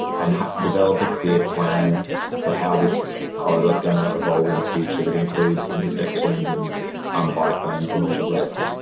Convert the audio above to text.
and develop a clear plan for how this corridor is going to evolve in the future, that includes intersections and um bike lanes and all the rest.